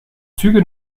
züge